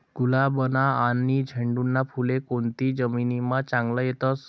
गुलाबना आनी झेंडूना फुले कोनती जमीनमा चांगला येतस?